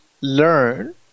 learn